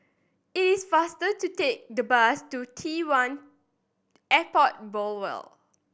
it is faster to take the bus to T One Airport Boulevard